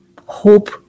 Hope